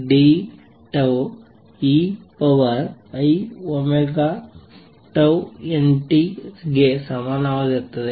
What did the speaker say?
∑Deiτωnt ಗೆ ಸಮಾನವಾಗಿರುತ್ತದೆ